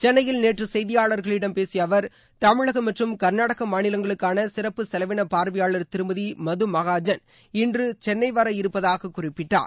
சென்னையில் நேற்று செய்தியாளர்களிடம் பேசிய அவர் தமிழகம் மற்றும் கர்நாடக மாநிலங்களுக்காள சிறப்பு செலவின பார்வையாளர் திருமதி மது மகாஜன் இன்று சென்னை வர இருப்பதாக குறிப்பிட்டார்